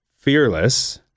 fearless